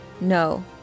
No